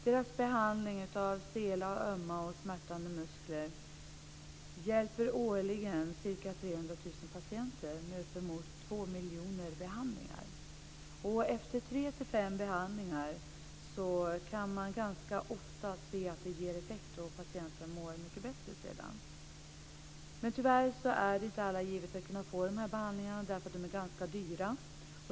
Deras behandling av stela, ömma och smärtande muskler hjälper årligen ca 300 000 patienter med upp emot 2 miljoner behandlingar. Efter tre till fem behandlingar kan man ganska ofta se att det ger effekt. Patienten mår sedan mycket bättre. Men tyvärr är det inte alla givet att kunna få de här behandlingarna. De är ganska dyra.